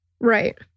Right